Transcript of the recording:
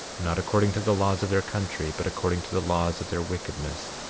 not according to the laws of their country, but according to the laws of their wickedness,